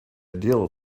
ideal